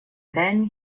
then